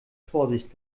vorsicht